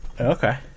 Okay